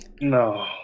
No